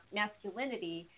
masculinity